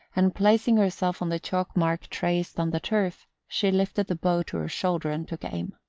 and placing herself on the chalk-mark traced on the turf she lifted the bow to her shoulder and took aim.